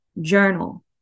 journal